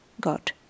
God